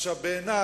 עכשיו, בעיני